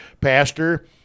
Pastor